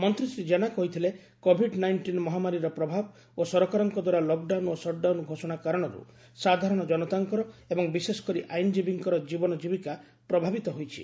ମନ୍ତୀ ଶ୍ରୀ ଜେନା କହିଥିଲେ COVID nineteen ମହାମାରୀର ପ୍ରଭାବ ଓ ସରକାରଙ୍କ ଦ୍ୱାରା ଲକ୍ଡାଉନ୍ ଓ ସଟ୍ଡାଉନ୍ ଘୋଷଣା କାରଣରୁ ସାଧାରଣ ଜନତାଙ୍କର ଏବଂ ବିଶେଷକରି ଆଇନଜୀବୀଙ୍କର ଜୀବନ ଜୀବିକା ପ୍ରଭାବିତ ହୋଇଛି